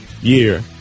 year